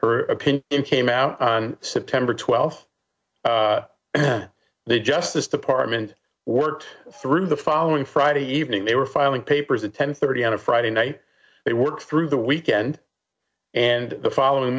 her opinion in came out on september twelfth the justice department worked through the following friday evening they were filing papers at ten thirty on a friday night they work through the weekend and the following